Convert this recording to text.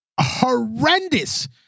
horrendous